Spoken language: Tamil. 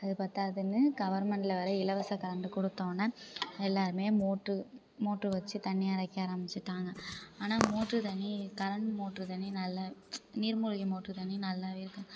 அது பத்தாதுன்னு கவர்மண்ட்டில் வேறே இலவச கரண்டு கொடுத்த உடனே எல்லோருமே மோட்ரு மோட்ரு வச்சு தண்ணி இறைக்க ஆரமிச்சிட்டாங்க ஆனால் மோட்ரு தண்ணி கரண்ட்டு மோட்ரு தண்ணி நல்ல நீர் முழுகி மோட்டுர் தண்ணி நல்லாவே இருக்காது